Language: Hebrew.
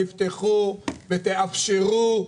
תפתחו ותאפשרו,